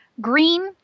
Green